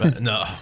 No